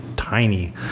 tiny